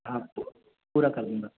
ہاں آپ کو پورا کر دوں گا